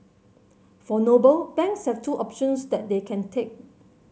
for Noble banks have two options that they can take